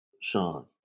Sean